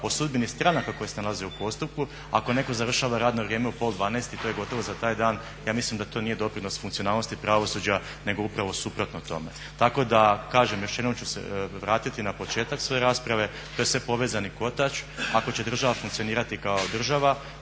o sudbini stranaka koji se nalaze u postupku, ako netko završava radno vrijeme u pola 12 i to je gotovo za taj dan ja mislim da to nije … funkcionalnosti pravosuđa nego upravo suprotno tome. Tako da kažem još jednom ću se vratiti na početak svoje rasprave, to je sve povezani kotač. Ako će država funkcionirati kao država,